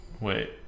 Wait